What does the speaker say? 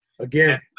again